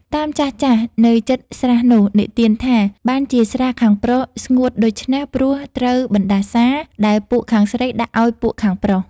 តាមចាស់ៗ នៅជិតស្រះនោះ និទានថា បានជាស្រះខាងប្រុសស្ងួតដូច្នេះ ព្រោះត្រូវបណ្ដាសា ដែលពួកខាងស្រីដាក់ឲ្យពួកខាងប្រុស ។